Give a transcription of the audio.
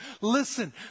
Listen